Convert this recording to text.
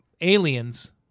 aliens